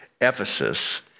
Ephesus